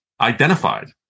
identified